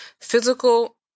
Physical